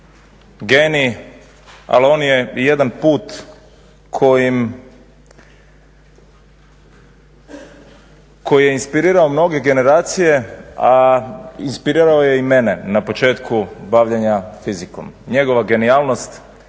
genij ali on je i jedan put koji je inspirirao mnoge generacije, a inspirirao je i mene na početku bavljenja fizikom. Njegova genijalnost,